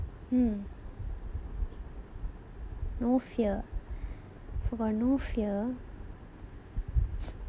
no fear got no fear